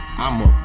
I'ma